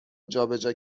جابجا